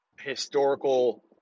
historical